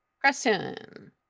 Question